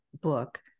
book